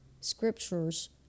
scriptures